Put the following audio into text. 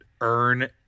earn